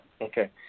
Okay